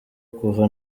kuva